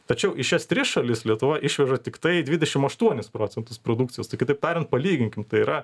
tačiau į šias tris šalis lietuva išveža tiktai dvidešim aštuonis procentus produkcijos tai kitaip tarian palyginkim tai yra